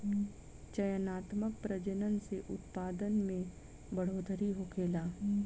चयनात्मक प्रजनन से उत्पादन में बढ़ोतरी होखेला